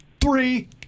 three